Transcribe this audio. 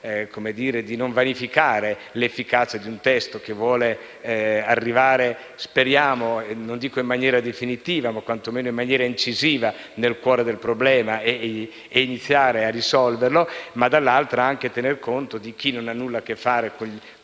cercare di non vanificare l'efficacia di un testo che vuole arrivare non dico in maniera definitiva, ma quantomeno incisiva al cuore del problema e iniziare a risolverlo cercando però di tener conto di chi non ha nulla a che fare con il